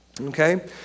okay